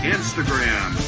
Instagram